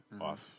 off